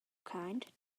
kind